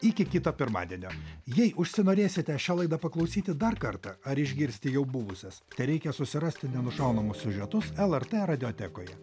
iki kito pirmadienio jei užsinorėsite šią laidą paklausyti dar kartą ar išgirsti jau buvusias tereikia susirasti nenušaunamus siužetus lrt radiotekoje